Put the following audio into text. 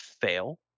fail